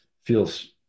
Feels